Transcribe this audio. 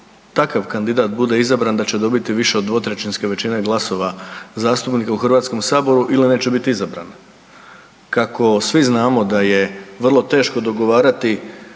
takav kandidat bude izabran da će dobiti više od dvotrećinske većine glasova u Hrvatskom saboru ili neće biti izabran. Kako svi znamo da je vrlo teško dogovarati